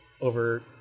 over